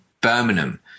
Birmingham